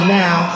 now